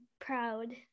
proud